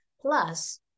Plus